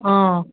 অঁ